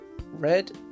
red